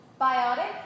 Biotic